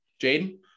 Jaden